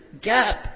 gap